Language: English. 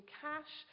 cash